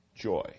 joy